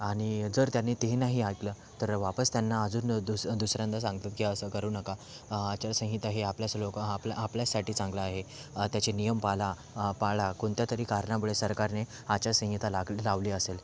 आणि जर त्यांनी ते ही नाही ऐकलं तर वापस त्यांना अजून दू दुसऱ्यांदा सांगतो की असं करू नका आचारसंहिता ही आपल्याच लोकं आपलं आपल्यासाठी चांगलं आहे त्याचे नियम पाला पाळा कोणत्यातरी कारणामुळे सरकारने आचारसंहिता लाग लावली असेल